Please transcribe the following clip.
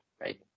right